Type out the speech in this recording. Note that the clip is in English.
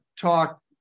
talk